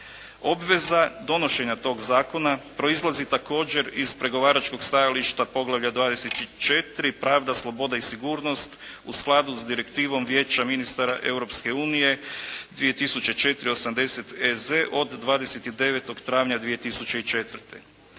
Obveza donošenja tog zakona proizlazi također iz pregovaračkog stajališta, poglavlja 24. pravda, sloboda i sigurnost u skladu s direktivom Vijeća ministara Europske unije 2004./80/EZ od 29. travnja 2004.